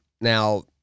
now